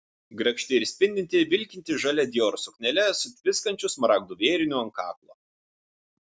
grakšti ir spindinti vilkinti žalia dior suknele su tviskančiu smaragdų vėriniu ant kaklo